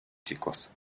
chicos